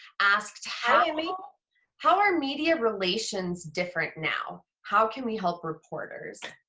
asked how i mean how are media relations different now? how can we help reporters?